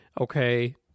okay